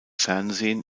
fernsehen